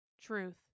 truth